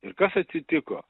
ir kas atsitiko